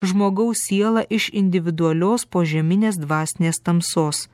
žmogaus sielą iš individualios požeminės dvasinės tamsos